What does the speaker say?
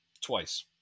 twice